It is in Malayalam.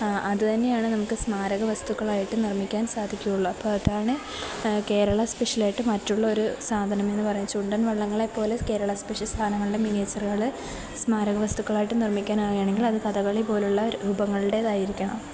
അതു തന്നെയാണ് നമുക്ക് സ്മാരകവസ്തുക്കളായിട്ട് നിർമ്മിക്കാൻ സാധിക്കുകയുള്ളൂ അപ്പോള് അതാണ് കേരള സ്പെഷ്യലായിട്ട് മറ്റുള്ളൊരു സാധനമെന്ന് പറയുന്നത് ചുണ്ടൻ വള്ളങ്ങളെ പോലെ കേരള സ്പെഷ്യൽ സാധനങ്ങളുടെ മിനിയേച്ചറുകള് സ്മാരകവസ്തുക്കളായിട്ട് നിർമ്മിക്കാനായാണെങ്കിൽ അത് കഥകളി പോലെയുള്ള രൂപങ്ങളുടേതായിരിക്കണം